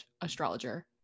astrologer